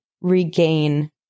regain